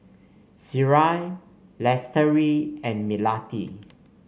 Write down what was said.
Syirah Lestari and Melati